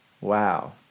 Wow